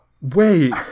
Wait